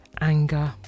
Anger